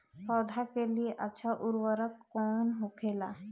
पौधा के लिए अच्छा उर्वरक कउन होखेला?